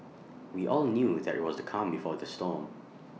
we all knew that IT was the calm before the storm